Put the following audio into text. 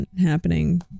happening